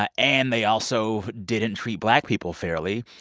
ah and they also didn't treat black people fairly.